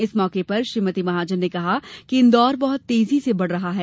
इस मौके पर श्रीमती महाजन ने कहा कि इंदौर बहुत तेजी से बढ़ रहा है